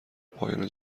پایان